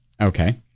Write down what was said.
Okay